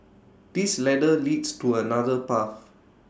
this ladder leads to another path